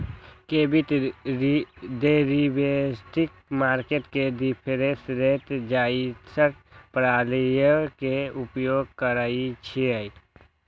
credit derivatives market में difference rate जइसन्न प्रणालीइये के उपयोग करइछिए